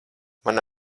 mana